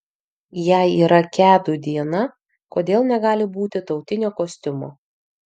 jei yra kedų diena kodėl negali būti tautinio kostiumo